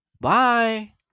Bye